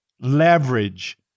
leverage